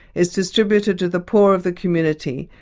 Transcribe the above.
is distributed to the poor of the community,